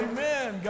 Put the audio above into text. Amen